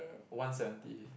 one seventy